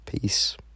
peace